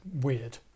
weird